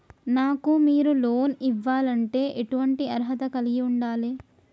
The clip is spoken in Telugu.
నాకు మీరు లోన్ ఇవ్వాలంటే ఎటువంటి అర్హత కలిగి వుండాలే?